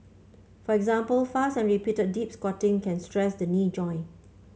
for example fast and repeated deep squatting can stress the knee joint